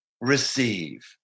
receive